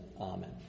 Amen